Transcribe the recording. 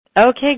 Okay